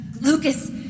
Lucas